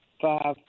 five